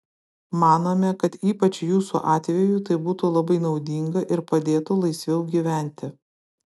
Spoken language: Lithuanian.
manome kad ypač jūsų atveju tai būtų labai naudinga ir padėtų laisviau gyventi